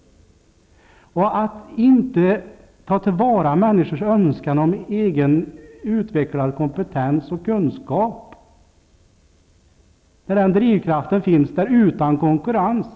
Det är slöseri att inte ta till vara människors önskan om egen utvecklad kompetens och kunskap, när den drivkraften finns utan konkurrens.